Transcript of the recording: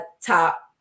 top